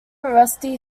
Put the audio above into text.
rusty